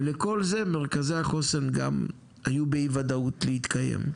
ולכל זה מרכזי החוסן גם היו באי וודאות להתקיים.